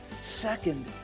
Second